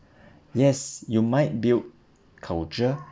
yes you might build culture